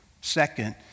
Second